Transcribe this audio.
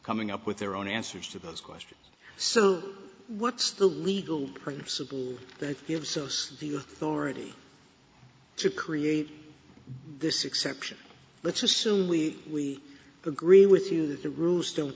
coming up with their own answers to those questions so what's the legal principle that gives us the authority to create this exception let's assume we agree with you that the rules don't